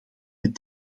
met